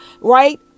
right